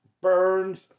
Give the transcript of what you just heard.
Burns